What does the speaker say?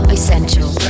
Essential